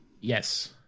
Yes